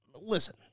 Listen